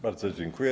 Bardzo dziękuję.